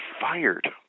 fired